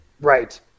Right